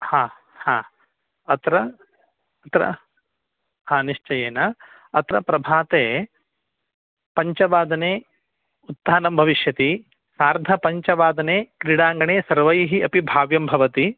अत्र अत्र निश्चयेन अत्र प्रभाते पञ्चवादने उत्थानं भविष्यति सार्धपञ्चवादने क्रीडाङ्गणे सर्वैः अपि भाव्यं भवति